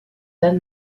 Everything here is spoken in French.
dan